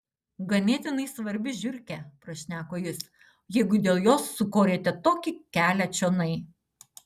ganėtinai svarbi žiurkė prašneko jis jeigu dėl jos sukorėte tokį kelią čionai